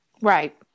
Right